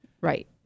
Right